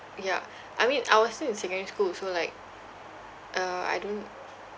ya I mean I was still in secondary school so like uh I don't